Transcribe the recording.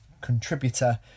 contributor